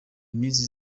iminsi